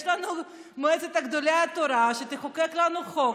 יש לנו מועצת גדולי התורה שתחוקק לנו חוק,